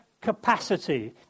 capacity